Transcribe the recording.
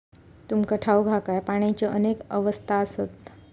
तुमका ठाऊक हा काय, पाण्याची अनेक अवस्था आसत?